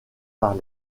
par